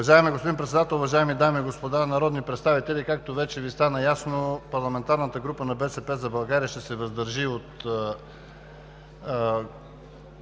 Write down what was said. Уважаеми господин Председател, уважаеми дами и господа народни представители! Както вече Ви стана ясно, парламентарната група на „БСП за България“ ще се въздържи при